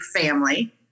family